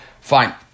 Fine